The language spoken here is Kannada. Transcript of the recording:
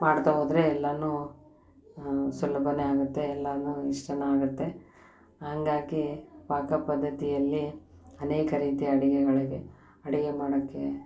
ಮಾಡ್ತಾ ಹೋದರೆ ಎಲ್ಲವೂ ಸುಲಭನೇ ಆಗುತ್ತೆ ಎಲ್ಲನೂ ಇಷ್ಟವೂ ಆಗುತ್ತೆ ಹಾಗಾಗಿ ಪಾಕ ಪದ್ಧತಿಯಲ್ಲಿ ಅನೇಕ ರೀತಿಯ ಅಡುಗೆಗಳಿವೆ ಅಡುಗೆ ಮಾಡೋಕ್ಕೆ